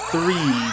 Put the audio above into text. Three